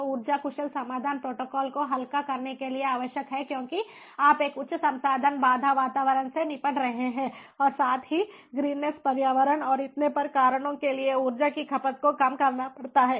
तो ऊर्जा कुशल समाधान प्रोटोकॉल को हल्का करने के लिए आवश्यक है क्योंकि आप एक उच्च संसाधन बाधा वातावरण से निपट रहे हैं और साथ हीग्रीननेस पर्यावरण और इतने पर कारणों के लिए ऊर्जा की खपत को कम करना पड़ता है